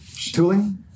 tooling